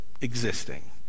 existing